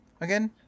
again